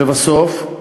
לבסוף,